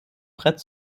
brett